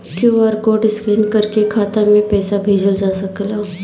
QR code scan करके खाता में पैसा भेजल जाला का?